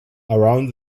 around